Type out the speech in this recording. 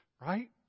right